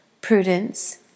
prudence